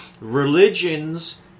religions